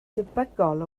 debygol